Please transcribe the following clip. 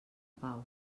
pau